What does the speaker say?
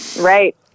right